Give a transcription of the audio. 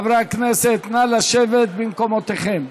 חברי הכנסת, נא לשבת במקומותיכם.